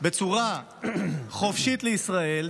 בצורה חופשית לישראל,